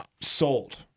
sold